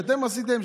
שאתם עשיתם,